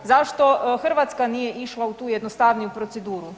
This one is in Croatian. Zašto Hrvatska nije išla u tu jednostavniju proceduru?